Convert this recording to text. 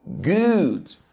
good